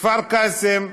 כפר קאסם,